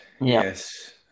yes